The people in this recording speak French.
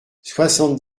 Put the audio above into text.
soixante